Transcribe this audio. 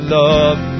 love